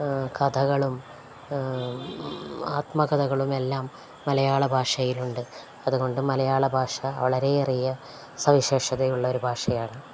കഥകളും ആത്മകഥകളും എല്ലാം മലയാള ഭാഷയിലുണ്ട് അതുകൊണ്ട് മലയാള ഭാഷ വളരെയേറിയ സവിശേഷതയുള്ളൊരു ഭാഷയാണ്